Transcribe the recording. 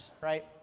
right